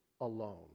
alone